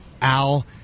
Al